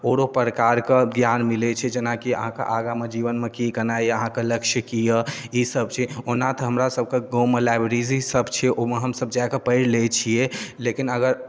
आओरो प्रकारके ज्ञान मिलै छै जेनाकि अहाँके आगामे जीवनमे की केनाइ अइ अहाँके लक्ष्य की यऽ ई सभ छै ओना तऽ हमरा सभके गाँवमे लाइब्रेरिज सभ छै ओइमे हमसभ जाकऽ पढ़ि लै छियै लेकिन अगर